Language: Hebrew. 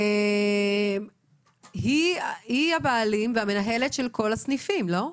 היא הבעלים והמנהלת של כל הסניפים, לא?